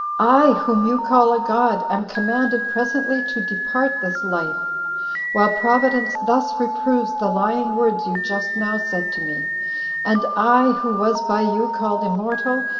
i, whom you call a god, am commanded presently to depart this life while providence thus reproves the lying words you just now said to me and i, who was by you called immortal,